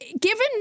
given